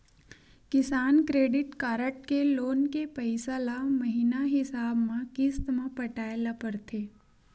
किसान credit card के loan के पइसा ल महिना हिसाब म किस्त म पटाए ल परथे